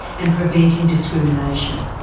and preventing discrimination.